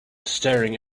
staring